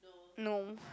no